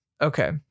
Okay